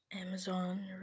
amazon